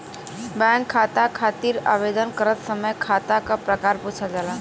bank खाता खातिर आवेदन करत समय खाता क प्रकार पूछल जाला